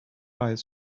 eyes